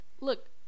Look